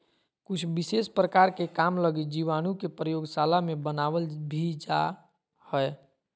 कुछ विशेष प्रकार के काम लगी जीवाणु के प्रयोगशाला मे बनावल भी जा हय